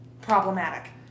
problematic